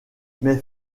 mais